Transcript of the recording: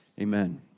amen